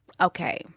Okay